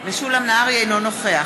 אינו נוכח